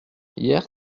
hier